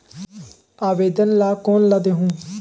आवेदन ला कोन ला देहुं?